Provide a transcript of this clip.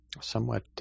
somewhat